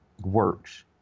works